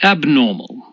Abnormal